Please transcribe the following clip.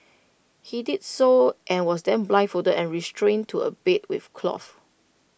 he did so and was then blindfolded and restrained to A bed with cloth